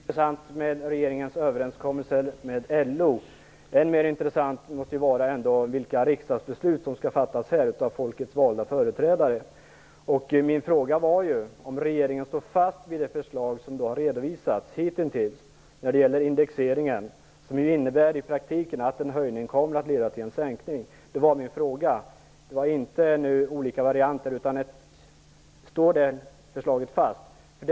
Herr talman! Det är intressant med regeringens överenskommelser med LO. Än mer intressant måste ändå vara vilka riksdagsbeslut som skall fattas här av folkets valda företrädare. Min fråga var om regeringen står fast vid det förslag som har redovisats hittills när det gäller indexeringen, som ju i praktiken innebär att en höjning kommer att leda till en sänkning. Det var min fråga. Den gällde inte olika varianter, utan om förslaget står fast.